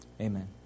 Amen